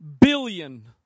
billion